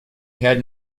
had